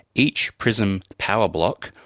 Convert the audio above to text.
each prism power block,